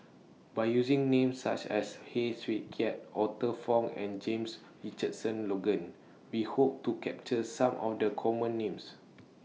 By using Names such as Heng Swee Keat Arthur Fong and James Richardson Logan We Hope to capture Some of The Common Names